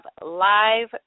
live